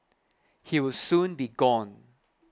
he will soon be gone